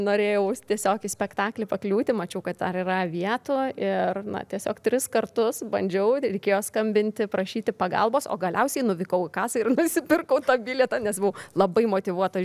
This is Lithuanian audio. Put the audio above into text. norėjau tiesiog į spektaklį pakliūti mačiau kad ar yra vietų ir na tiesiog tris kartus bandžiau reikėjo skambinti prašyti pagalbos o galiausiai nuvykau į kasą ir nusipirkau tą bilietą nes buvau labai motyvuota